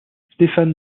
stéphane